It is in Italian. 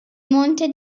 monte